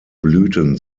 blüten